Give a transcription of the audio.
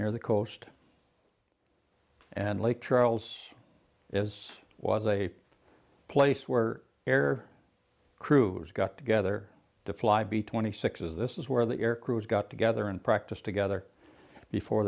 near the coast and lake charles is was a place where air crews got together to fly b twenty six's this is where the air crews got together and practiced together before